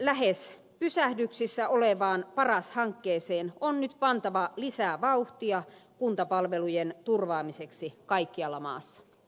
lähes pysähdyksissä olevaan paras hankkeeseen on nyt pantava lisää vauhtia kuntapalvelujen turvaamiseksi kaikkialla maassa